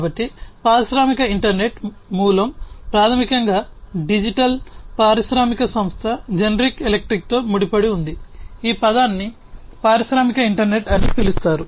కాబట్టి పారిశ్రామిక ఇంటర్నెట్ సంస్థ జనరల్ ఎలక్ట్రిక్తో ముడిపడి ఉంది ఈ పదాన్ని పారిశ్రామిక ఇంటర్నెట్ అని పిలుస్తారు